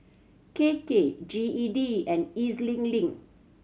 K K G E D and E Z Link